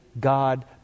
God